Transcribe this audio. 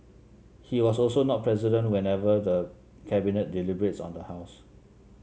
he was also not present whenever the Cabinet deliberates on the house